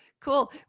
Cool